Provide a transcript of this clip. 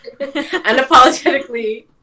unapologetically